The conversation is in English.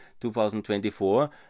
2024